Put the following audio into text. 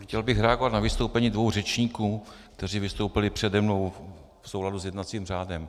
Chtěl bych reagovat na vystoupení dvou řečníků, kteří vystoupili přede mnou, v souladu s jednacím řádem.